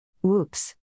Whoops